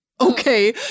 okay